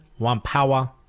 Wampawa